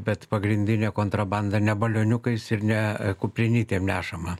bet pagrindinė kontrabanda ne balioniukais ir ne kuprinytėm nešama